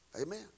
Amen